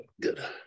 Good